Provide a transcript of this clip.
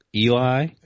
Eli